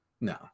No